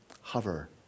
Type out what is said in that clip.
hover